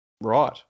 Right